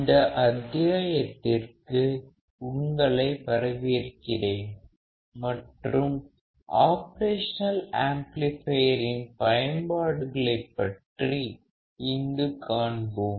இந்தத் அத்தியாயத்திற்கு உங்களை வரவேற்கிறேன் மற்றும் ஆப்பரேஷன் ஆம்ப்ளிஃபையரின் பயன்பாடுகளைப் பற்றி இங்கு காண்போம்